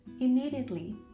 Immediately